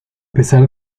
pesar